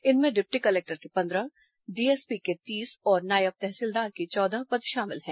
इनमें deputy collector के पंद्रह डीएसपी के तीस और नायब तहसीलदार के चौदह पद शामिल हैं